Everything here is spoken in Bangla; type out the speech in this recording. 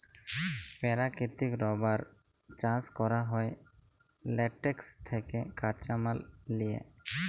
পেরাকিতিক রাবার চাষ ক্যরা হ্যয় ল্যাটেক্স থ্যাকে কাঁচা মাল লিয়ে